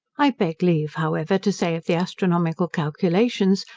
i beg leave, however, to say of the astronomical calculations,